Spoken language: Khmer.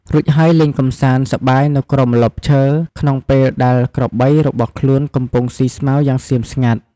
រួចហើយលេងកម្សាន្តសប្បាយនៅក្រោមម្លប់ឈើ ក្នុងពេលដែលក្របីរបស់ខ្លួនកំពុងស៊ីស្មៅយ៉ាងស្ងៀមស្ងាត់។